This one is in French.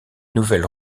nouvelle